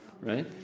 Right